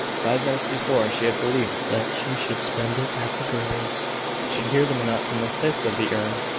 five minutes before, she had believed that she should spend it at the greys' should hear the monotonous hiss of the urn,